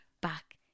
back